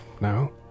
no